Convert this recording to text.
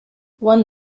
one